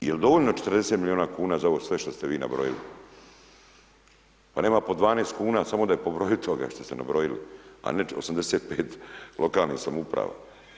Jel dovoljno 40 miliona kuna za ovo sve što ste nabrojili, pa nema po 12 kuna samo da je pobrojit toga što ste nabrojili, a ne 85 lokalnih samouprava.